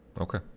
Okay